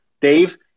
Dave